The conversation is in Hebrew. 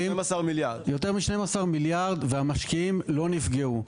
יותר מ-12 מיליארד ₪, והמשקיעים לא נפגעו.